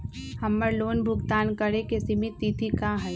हमर लोन भुगतान करे के सिमित तिथि का हई?